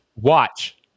watch